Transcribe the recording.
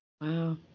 wow